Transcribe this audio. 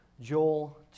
Joel